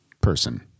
person